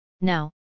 Now